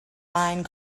line